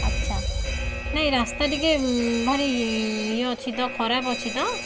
ଆଛା ନାଇଁ ରାସ୍ତା ଟିକେ ଭାରି ଇଏ ଅଛିତ ଖରାପ ଅଛିତ